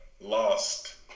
lost